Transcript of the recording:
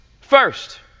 first